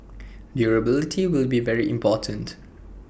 durability will be very important